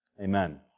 Amen